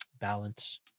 Balance